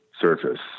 surface